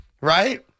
right